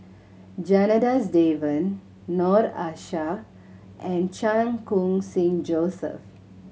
Janadas Devan Noord Aishah and Chan Khun Sing Joseph